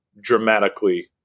dramatically